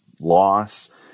loss